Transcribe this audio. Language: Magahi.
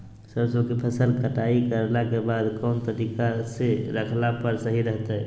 सरसों के फसल कटाई करला के बाद कौन तरीका से रखला पर सही रहतय?